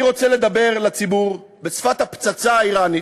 אני רוצה לדבר אל הציבור בשפת הפצצה האיראנית,